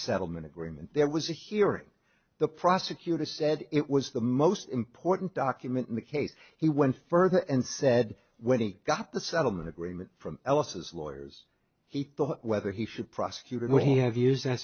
settlement agreement there was a hearing the prosecutor said it was the most important document in the case he went further and said when he got the settlement agreement from ellis lawyers he thought whether he should prosecute and we have used that